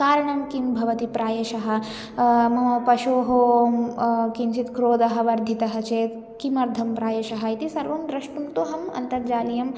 कारणं किं भवति प्रायशः मम पशोः किञ्चित् क्रोधः वर्धितः चेत् किमर्थं प्रायशः इति सर्वं द्रष्टुं तु अहम् अन्तर्जालीयम्